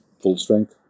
full-strength